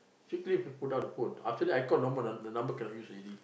quickly he put down the phone after that I call no more the number cannot use already